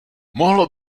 mohlo